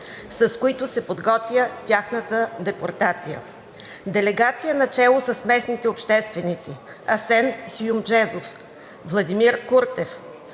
с които се подготвя тяхната депортация. Делегация начело с местните общественици Асен Суйчмезов, Владимир Куртев,